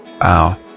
Wow